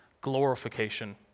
glorification